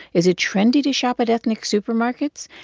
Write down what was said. is it trendy to shop at ethnic supermarkets?